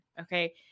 okay